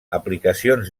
aplicacions